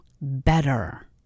better